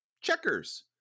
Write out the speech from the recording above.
checkers